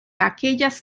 aquellas